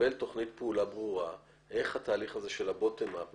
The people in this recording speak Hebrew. נקבל תוכנית פעולה ברורה איך התהליך של ה-bottom-up,